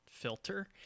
filter